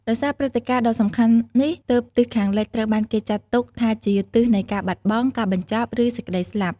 ដោយសារព្រឹត្តិការណ៍ដ៏សំខាន់នេះ ទើបទិសខាងលិចត្រូវបានគេចាត់ទុកថាជាទិសនៃការបាត់បង់ ការបញ្ចប់ ឬសេចក្តីស្លាប់។